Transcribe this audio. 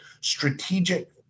strategic